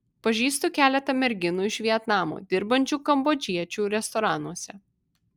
pažįstu keletą merginų iš vietnamo dirbančių kambodžiečių restoranuose